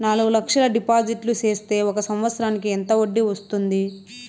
నాలుగు లక్షల డిపాజిట్లు సేస్తే ఒక సంవత్సరానికి ఎంత వడ్డీ వస్తుంది?